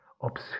ops